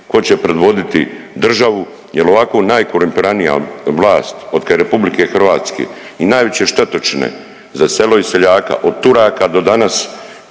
tko će predvoditi državu jer ovako najkorumpiranija vlast od kad je RH i najveće štetočine za selo i seljaka od Turaka do danas